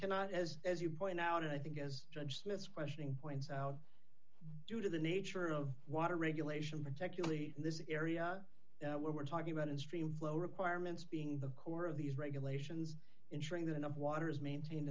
cannot as as you point out i think as judge smith's questioning points out due to the nature of water regulation particularly in this area we're talking about in stream flow requirements being the core of these regulations ensuring that enough water is maintained